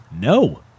No